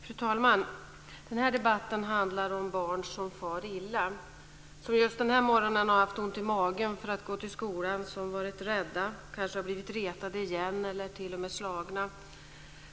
Fru talman! Den där debatten handlar om barn som far illa, som just den här morgonen har haft ont i magen för att gå till skolan, som varit rädda, kanske har blivit retade igen eller t.o.m. slagna.